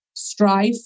Strive